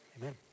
amen